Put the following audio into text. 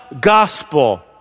gospel